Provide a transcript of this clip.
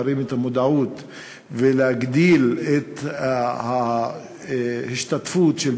להרים את המודעות ולהגדיל את ההשתתפות של